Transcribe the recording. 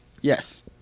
Yes